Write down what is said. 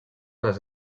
les